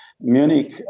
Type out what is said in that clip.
Munich